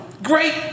Great